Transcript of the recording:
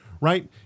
right